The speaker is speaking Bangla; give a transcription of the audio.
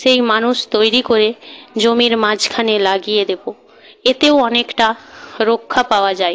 সেই মানুষ তৈরি করে জমির মাঝখানে লাগিয়ে দেব এতেও অনেকটা রক্ষা পাওয়া যায়